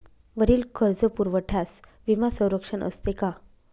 वरील कर्जपुरवठ्यास विमा संरक्षण असते का?